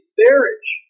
marriage